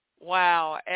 wow